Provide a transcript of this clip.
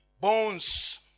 Bones